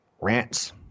rants